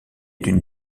d’une